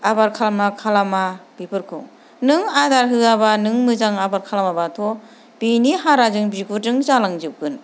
आबोर खालामोना खालामा बेफोरखौ नों आदार होआब्ला नों मोजां आबोर खालामाब्लाथ' बेनि हाराजों बिगुरजों जालांजोबगोन